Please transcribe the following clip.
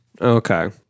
Okay